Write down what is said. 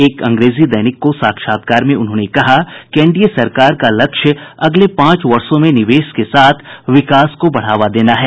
एक अंग्रेजी दैनिक को साक्षात्कार में उन्होंने कहा कि एनडीए सरकार का लक्ष्य अगले पांच वर्षो में निवेश के साथ विकास को बढ़ावा देना है